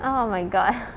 oh my god